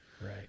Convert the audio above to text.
Right